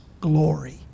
glory